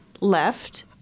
left